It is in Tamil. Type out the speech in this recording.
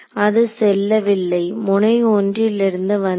அது செல்லவில்லை முனை ஒன்றிலிருந்து வந்தது